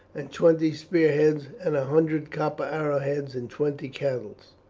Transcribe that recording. and twenty spearheads and a hundred copper arrowheads, and twenty cattle.